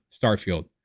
Starfield